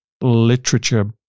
literature